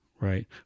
Right